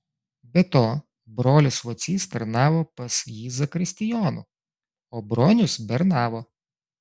be to brolis vacys tarnavo pas jį zakristijonu o bronius bernavo